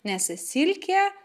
nes silkė